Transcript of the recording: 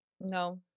No